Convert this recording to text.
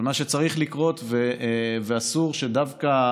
מה שצריך לקרות, ואסור שדווקא